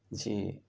جی